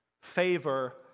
favor